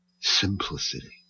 simplicity